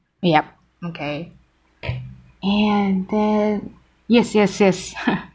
yup okay and then yes yes yes